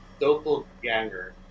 doppelganger